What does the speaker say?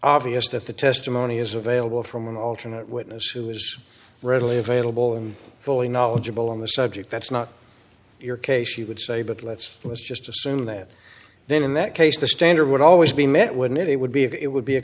obvious that the testimony is available from an alternate witness who is readily available and fully knowledgeable on the subject that's not your case you would say but let's let's just assume that then in that case the standard would always be met when it would be it would be a